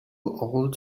old